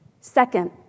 Second